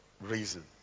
reason